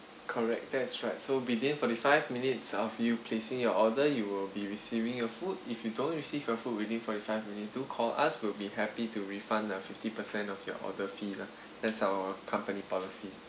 correct that's right so within forty five minutes of you placing your order you will be receiving your food if you don't receive your food within forty five minutes do call us we'll be happy to refund uh fifty percent of your order fee lah that's our company policy